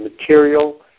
material